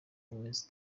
iminsi